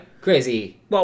crazy